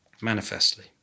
manifestly